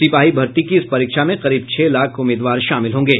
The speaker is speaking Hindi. सिपाही भर्ती की इस परीक्षा में करीब छह लाख उम्मीदवार शामिल होंगे